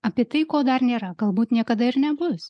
apie tai ko dar nėra galbūt niekada ir nebus